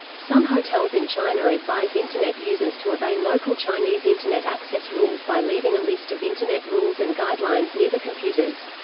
some hotels in china advise internet users to obey local chinese internet access rules by leaving a list of internet rules and guidelines near the computers.